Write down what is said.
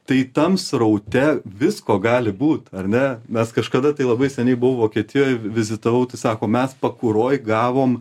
tai tam sraute visko gali būt ar ne mes kažkada tai labai seniai buvau vokietijoj vizitavau tai sako mes pakuroj gavom